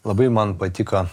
labai man patiko